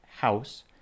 House